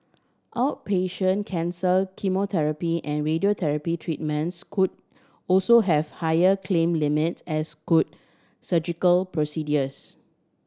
outpatient cancer chemotherapy and radiotherapy treatments could also have higher claim limits as could surgical procedures